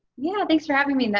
yeah thanks for having me.